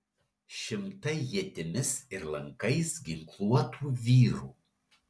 šimtai ietimis ir lankais ginkluotų vyrų